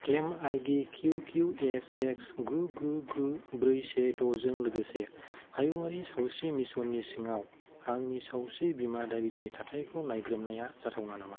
claim ID Q Q S X गु गु गु ब्रै से द'जों लोगोसे हायुङारि सावस्रि मिसननि सिङाव आंनि सावस्रि बिमा दाबिनि थाथायखौ नायग्रोमनाया जाथावना नामा